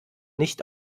nicht